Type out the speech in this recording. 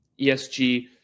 ESG